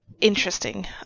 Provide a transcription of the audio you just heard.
interesting